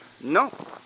No